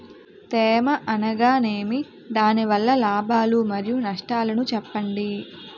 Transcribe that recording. తేమ అనగానేమి? దాని వల్ల లాభాలు మరియు నష్టాలను చెప్పండి?